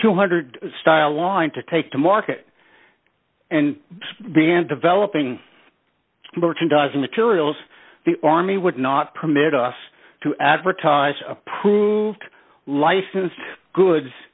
two hundred style line to take to market and then developing merchandising materials the army would not permit us to advertise approved licensed goods